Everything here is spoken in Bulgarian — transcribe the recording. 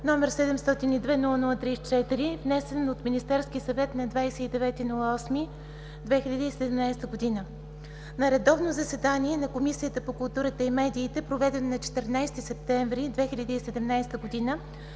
г., № 702-00-34, внесен от Министерския съвет на 29 август 2017 г. На редовно заседание на Комисията по културата и медиите, проведено на 14 септември 2017 г.,